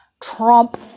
Trump